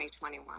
2021